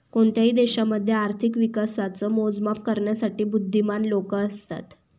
कोणत्याही देशामध्ये आर्थिक विकासाच मोजमाप करण्यासाठी बुध्दीमान लोक असतात